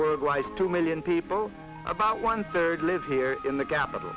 world rise two million people about one third live here in the capital